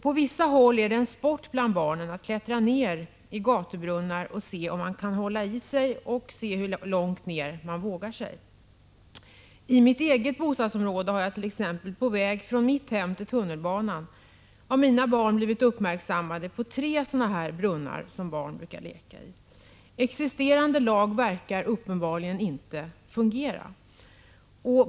På vissa håll är det en sport bland barnen att klättra ner i gatubrunnar för att se om man kan hålla i sig och se hur långt ner man vågar sig. I mitt eget bostadsområde har jag t.ex. på vägen från mitt hem till tunnelbanan av mina barn blivit uppmärksammad på tre sådana brunnar som barn brukar leka i. Existerande lag verkar uppenbarligen inte fungera.